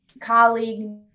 colleague